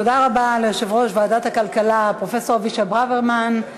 תודה רבה ליושב-ראש ועדת הכלכלה פרופסור אבישי ברוורמן.